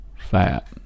Fat